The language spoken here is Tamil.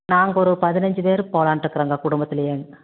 நாங்கள் ஒரு பதினஞ்சு பேர் போகலான்னு இருக்கிறோங்க குடும்பத்துலேயேங்க